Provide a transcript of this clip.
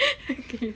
okay